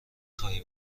خواهی